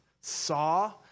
saw